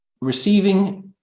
receiving